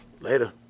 later